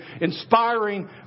inspiring